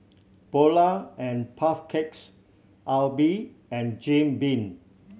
Polar and Puff Cakes Aibi and Jim Beam